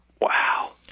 Wow